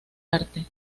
arte